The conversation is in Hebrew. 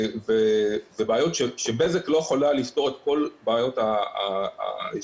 בזק לא יכולה לפתור את כל הבעיות האובייקטיביות,